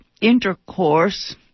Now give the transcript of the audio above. Intercourse